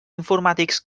informàtics